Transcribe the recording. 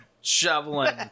shoveling